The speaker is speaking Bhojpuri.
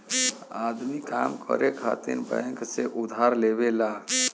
आदमी काम करे खातिर बैंक से उधार लेवला